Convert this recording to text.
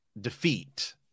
defeat